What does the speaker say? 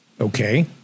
Okay